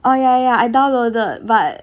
oh ya ya I downloaded but